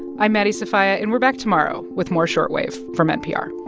i'm maddie sofia, and we're back tomorrow with more short wave from npr